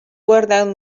guardeu